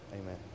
Amen